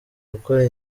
gukora